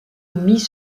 mis